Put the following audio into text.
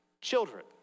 children